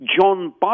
John